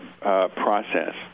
process